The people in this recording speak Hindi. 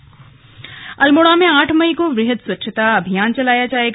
स्लग स्वच्छता अभियान अल्मोड़ा में आठ मई को वृहद स्वच्छता अभियान चलाया जाएगा